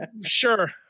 Sure